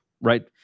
right